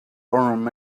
urim